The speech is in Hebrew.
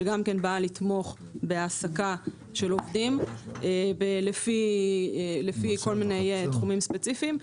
שגם היא באה לתמוך בהעסקה של עובדים לפי כל מיני תחומים ספציפיים.